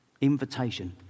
Invitation